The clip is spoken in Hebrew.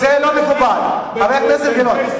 הוא אמר שלא יודעים מה ההבדל בין J Street ל-K Street.